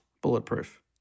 bulletproof